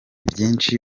byinshi